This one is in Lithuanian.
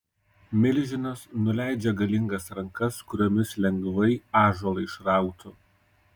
milžinas nuleidžia galingas rankas kuriomis lengvai ąžuolą išrautų